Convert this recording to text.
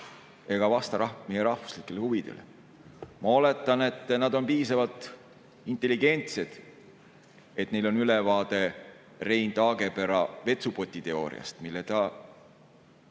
ega vasta meie rahvuslikele huvidele. Ma oletan, et nad on piisavalt intelligentsed, et neil on ülevaade Rein Taagepera vetsupotiteooriast, mille ta